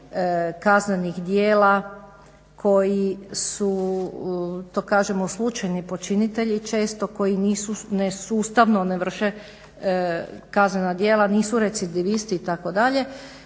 kaznenih djela koji su to kažemo slučajni počinitelji često koji ne sustavno ne vrše kaznena djela, nisu recidivisti itd.